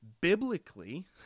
Biblically